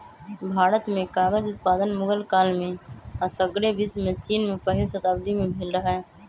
भारत में कागज उत्पादन मुगल काल में आऽ सग्रे विश्वमें चिन में पहिल शताब्दी में भेल रहै